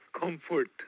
comfort